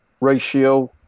ratio